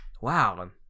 Wow